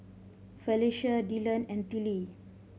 Felecia Dylan and Tillie